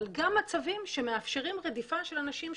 אבל גם מצבים שמאפשרים רדיפה של אנשים,